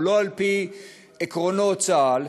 הוא לא על-פי עקרונות צה"ל,